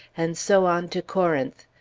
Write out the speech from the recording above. and so on to corinth.